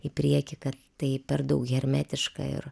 į priekį kad tai per daug hermetiška ir